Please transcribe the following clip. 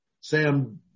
Sam